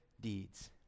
deeds